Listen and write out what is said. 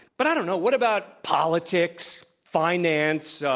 but i don't know. what about politics, finance,